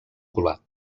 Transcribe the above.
colat